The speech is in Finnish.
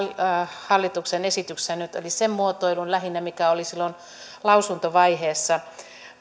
hallituksen esityksessä nyt on eli sen muotoilun lähinnä mikä oli silloin lausuntovaiheessa